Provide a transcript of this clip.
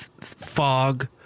fog